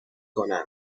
کنند